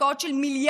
השקעות של מיליארדים,